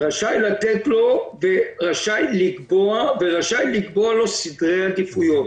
רח"ל הוא גוף שרשאי לתת לו ורשאי לקבוע לו סדרי עדיפות.